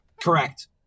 correct